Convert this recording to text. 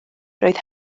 roedd